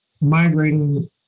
migrating